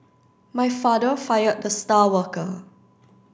my father fired the star worker